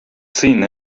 seen